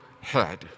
head